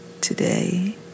today